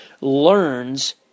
learns